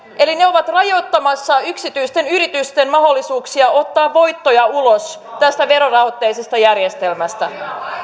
eli ne ovat rajoittamassa yksityisten yritysten mahdollisuuksia ottaa voittoja ulos tästä verorahoitteisesta järjestelmästä